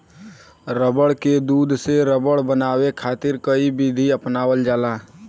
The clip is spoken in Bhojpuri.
रबड़ के दूध से रबड़ बनावे खातिर कई विधि अपनावल जाला